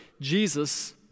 Jesus